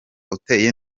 uteye